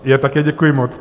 Já také děkuji moc.